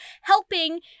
helping